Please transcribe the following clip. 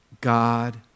God